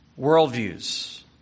worldviews